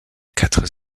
quatre